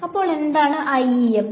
അപ്പോൾ എന്താണ് IEM